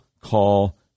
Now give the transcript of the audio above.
call